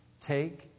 Take